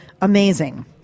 amazing